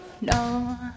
No